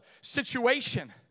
situation